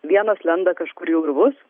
vienos lenda kažkur į urvus